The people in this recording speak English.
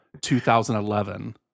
2011